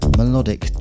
melodic